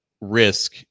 risk